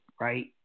right